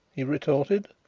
he retorted.